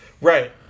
Right